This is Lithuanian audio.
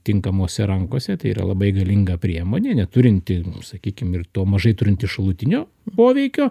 tinkamose rankose tai yra labai galinga priemonė neturinti sakykim ir tuo mažai turinti šalutinių poveikio